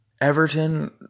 everton